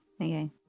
Okay